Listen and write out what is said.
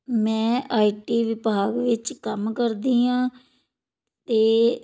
ਮੈਂ ਆਈਟੀ ਵਿਭਾਗ ਵਿੱਚ ਕੰਮ ਕਰਦੀ ਆਂ ਤੇ